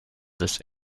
this